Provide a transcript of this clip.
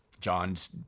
John's